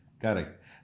Correct